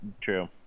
true